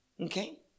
okay